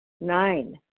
Nine